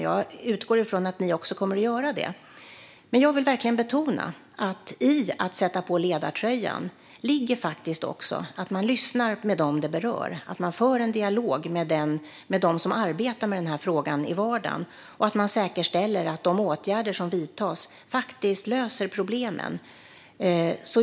Jag utgår ifrån att ni kommer att göra det. Men jag vill verkligen betona att sätta på sig ledartröjan innebär också att man lyssnar på dem som det berör och att man för en dialog med dem som arbetar med den här frågan i vardagen. Man ska också säkerställa att de åtgärder som vidtas löser problemen.